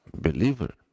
believer